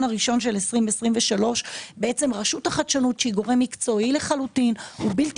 הראשון של 2023 רשות החדשנות שהיא גורם מקצועי לחלוטין ובלתי